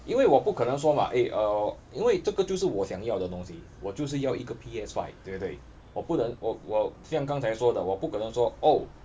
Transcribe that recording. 因为我不可能说嘛 eh uh 因为这个是我想要的东西我就是要一个:yin wei zhe ge shi wo xiang yao de dong xi wo jiu shi yao P_S five 对不对我不能我像刚才说的我不可能说 oh